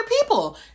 people